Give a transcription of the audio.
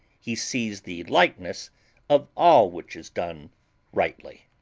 he sees the likeness of all which is done rightly.